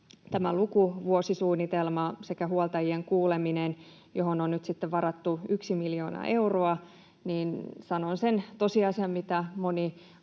tämä lukuvuosisuunnitelma sekä huoltajien kuuleminen, johon on nyt sitten varattu yksi miljoonaa euroa... Sanon sen tosiasian, mitä moni